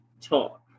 talk